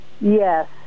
Yes